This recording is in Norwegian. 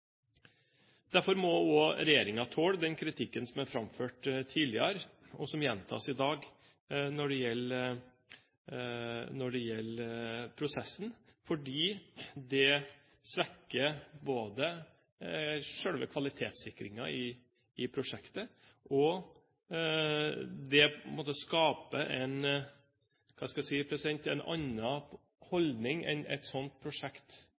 Derfor må også regjeringen tåle den kritikken som er framført tidligere, og som gjentas i dag, når det gjelder prosessen, fordi det både svekker selve kvalitetssikringen i prosjektet og skaper – hva skal jeg si – en annen form for oppmerksomhet enn et sånt prosjekt